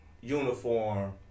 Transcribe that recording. uniform